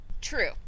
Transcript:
true